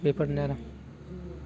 बेफोरनो आरो